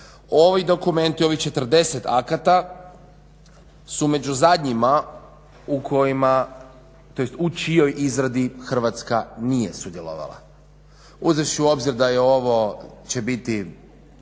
Ovi dokumenti, ovih 40 akata su među zadnjima u kojima, tj. u čijoj izradi Hrvatska nije sudjelovala uzevši u obzir da će ovo biti